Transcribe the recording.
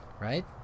right